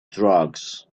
drugs